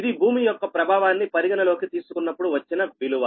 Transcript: ఇది భూమి యొక్క ప్రభావాన్ని పరిగణలోకి తీసుకున్నపుడు వచ్చిన విలువ